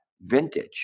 vintage